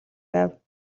байв